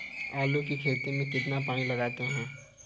आलू की खेती में कितना पानी लगाते हैं?